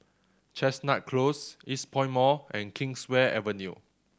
Chestnut Close Eastpoint Mall and Kingswear Avenue